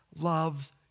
loves